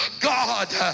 God